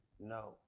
no